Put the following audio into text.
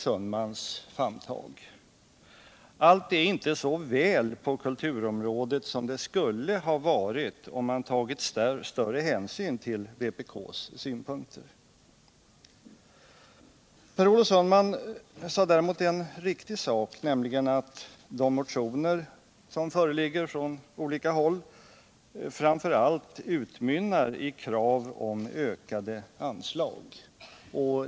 Sundmans famntag. Allt är inte så väl på kulturområdet som det skulle ha varit om man tagil större hänsyn till vpk:s synpunkter. Däremot sade Per Olof Sundman en riktig sak, nämligen att de motioner som föreligger från olika håll framför allt utmynnar i krav om ökade anslag.